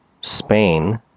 Spain